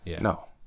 No